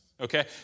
okay